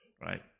Right